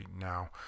now